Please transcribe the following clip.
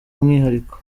umwihariko